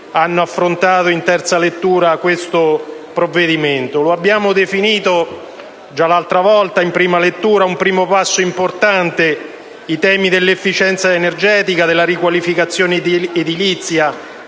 hanno affrontato in terza lettura questo provvedimento. Lo abbiamo definito già l'altra volta, in prima lettura, un primo passo importante; i temi dell'efficienza energetica e della riqualificazione edilizia,